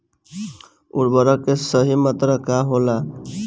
उर्वरक के सही मात्रा का होला?